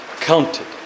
counted